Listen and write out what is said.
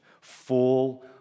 full